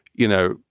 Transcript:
you know,